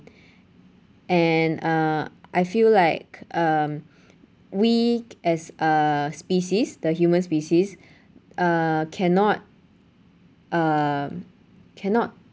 and uh I feel like um we as a species the human species uh cannot uh cannot